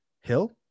Hill